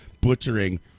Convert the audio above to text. butchering